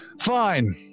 fine